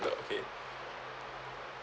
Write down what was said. okay